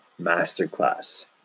Masterclass